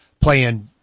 playing